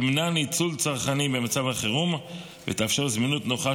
תמנע ניצול צרכני במצב החירום ותאפשר זמינות נוחה